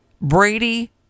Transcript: Brady